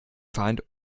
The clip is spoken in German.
feind